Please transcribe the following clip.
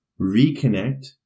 reconnect